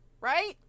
Right